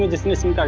is missing